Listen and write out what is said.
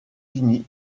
unis